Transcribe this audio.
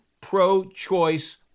pro-choice